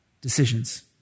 decisions